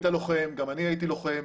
היית לוחם, גם אני הייתי לוחם,